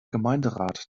gemeinderat